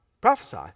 Prophesy